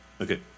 Okay